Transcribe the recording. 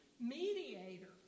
Mediator